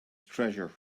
treasure